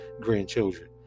grandchildren